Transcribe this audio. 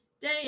day